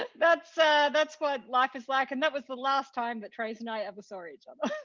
that's ah that's what life is like. and that was the last time that trace and i ever saw each other.